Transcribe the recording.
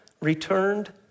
returned